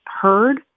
heard